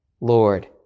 Lord